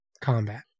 combat